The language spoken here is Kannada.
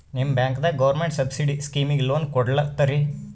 ನಿಮ ಬ್ಯಾಂಕದಾಗ ಗೌರ್ಮೆಂಟ ಸಬ್ಸಿಡಿ ಸ್ಕೀಮಿಗಿ ಲೊನ ಕೊಡ್ಲತ್ತೀರಿ?